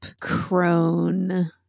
crone